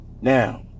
Now